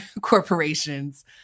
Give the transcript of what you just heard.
corporations